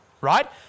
right